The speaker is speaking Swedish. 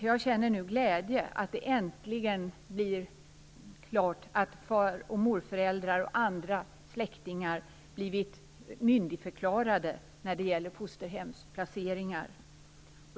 Jag känner glädje över att far och morföräldrar och andra släktingar nu äntligen blivit myndigförklarade när det gäller fosterhemsplaceringar.